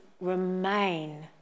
Remain